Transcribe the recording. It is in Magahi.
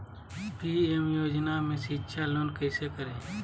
पी.एम योजना में शिक्षा लोन कैसे करें?